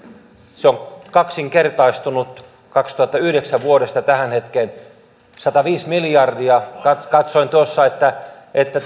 se on kaksinkertaistunut kaksituhattayhdeksän vuodesta tähän hetkeen sataviisi miljardia katsoin tuossa että että